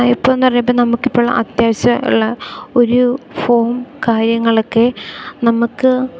ഇപ്പോഴെന്നു പറയുമ്പോൾ നമുക്കിപ്പോൾ അത്യാവശ്യം ഉള്ള ഒരു ഫോം കാര്യങ്ങളൊക്കെ നമുക്ക്